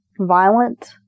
violent